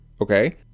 Okay